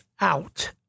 out